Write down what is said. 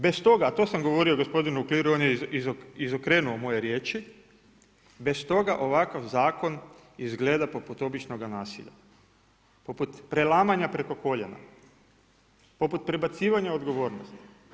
Bez toga a to sam govorio gospodinu Uhliru a on je izokrenuo moje riječi, bez toga ovakav zakon izgleda poput običnoga nasilja, poput prelamanja preko koljena, poput prebacivanja odgovornosti.